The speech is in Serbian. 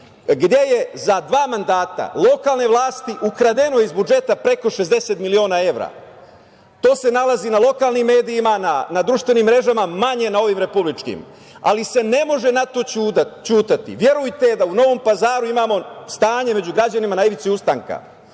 gde je za dva mandata lokalne vlasti ukradeno iz budžeta preko 60 miliona evra. To se nalazi na lokalnim medijima, na društvenim mrežama, manje na ovim republičkim, ali se ne može na to ćutati. Verujte da u Novom Pazaru imamo stanje među građanima na ivici ustanka.